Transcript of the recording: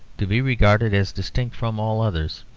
to be regarded as distinct from all others,